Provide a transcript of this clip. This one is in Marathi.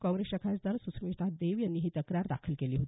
काँग्रेसच्या खासदार सुश्मिता देव यांनी ही तक्रार दाखल केली आहे